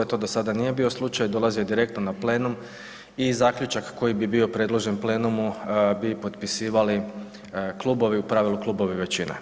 To do sada nije bio slučaj, dolazio je direktno na plenum i zaključak koji bi bio predložen plenumu bi potpisivali klubovi u pravilu klubovi većine.